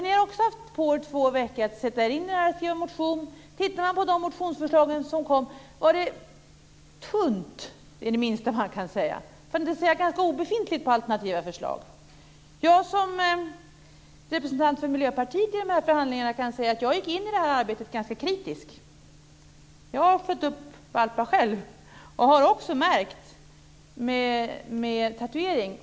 Ni har också haft två veckor på er att sätta er in i detta ärende och skriva motion. Tittar man på de motionsförslag som kom kan man se att det var tunt, för att inte säga ganska obefintligt. Det är det minsta man kan säga. Jag som representant för Miljöpartiet i dessa förhandlingar kan säga att jag gick in i arbetet ganska kritisk. Jag har fött upp valpar själv och har också märkt med tatuering.